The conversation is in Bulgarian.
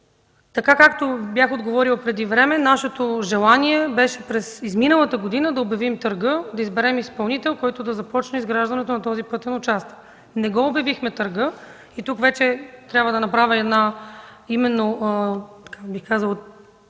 Така, както бях отговорила преди време, нашето желание беше през изминалата година да обявим търга, да изберем изпълнител, който да започне изграждането на този пътен участък. Не обявихме търга и тук вече трябва да направя уточнение към